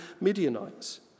Midianites